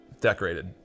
decorated